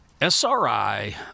SRI